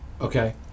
okay